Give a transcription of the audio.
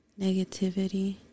Negativity